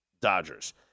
Dodgers